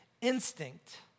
instinct